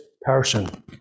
person